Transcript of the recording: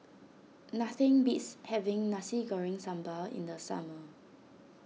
nothing beats having Nasi Goreng Sambal in the summer